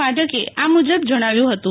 માઢકે આ મુજબ જણાવ્યું હતું